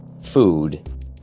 food